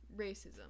Racism